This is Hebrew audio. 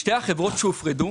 שתי החברות שהופרדו,